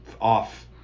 off